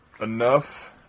enough